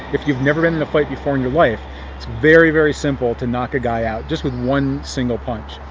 if youive never been in a fight before in your life, itis very, very simple to knock a guy out just with one single punch.